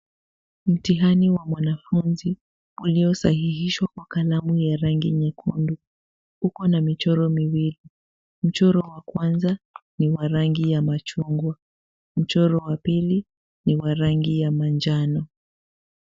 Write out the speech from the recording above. Mtihani wa mwanafunzi uliosahihishwa kwa kalamu ya rangi nyekundu uko na michoro miwili. Mchoro wa kwanza ni wa rangi ya machungwa, mchoro wa pili ni wa rangi ya manjano.